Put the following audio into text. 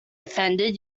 offended